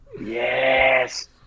Yes